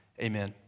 Amen